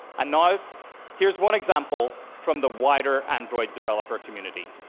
and now here's one example from the wider android developer community.